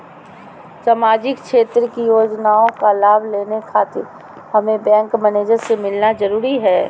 सामाजिक क्षेत्र की योजनाओं का लाभ लेने खातिर हमें बैंक मैनेजर से मिलना जरूरी है?